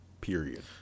Period